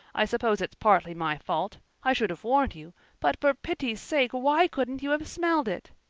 i suppose it's partly my fault i should have warned you but for pity's sake why couldn't you have smelled it?